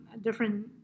different